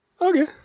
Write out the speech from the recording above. okay